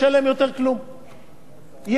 יהיה כשווה לכל חברי הכנסת.